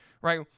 right